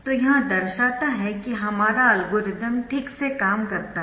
तो यह दर्शाता है कि हमारा एल्गोरिदम ठीक से काम करता है